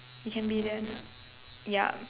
you can be then yup